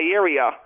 area